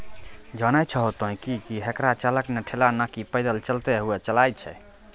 जानै छो तोहं कि हेकरा चालक नॅ ठेला नाकी पैदल चलतॅ हुअ चलाय छै